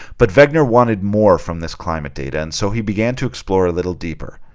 but vagner wanted more from this climate data, and so he began to explore a little deeper,